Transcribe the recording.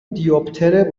دیوپتر